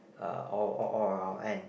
uh all all around and